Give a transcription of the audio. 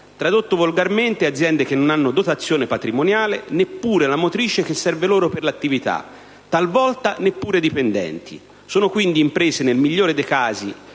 tradotto volgarmente, aziende che non hanno dotazione patrimoniale, neppure la motrice che serve loro per l'attività, talvolta, neppure dipendenti. Sono quindi imprese, nel migliore dei casi,